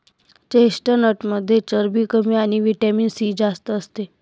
चेस्टनटमध्ये चरबी कमी आणि व्हिटॅमिन सी जास्त असते